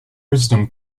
wisdom